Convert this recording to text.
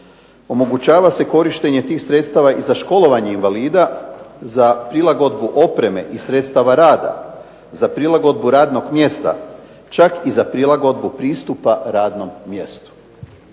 Omogućava se korištenje tih sredstava i za školovanje invalida, za prilagodbu opreme i sredstava rada, za prilagodbu radnog mjesta čak i za prilagodbu pristupa radnom mjestu.